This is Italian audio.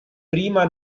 prima